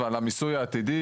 על המיסוי העתידי,